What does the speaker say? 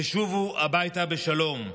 ושובו הביתה בשלום.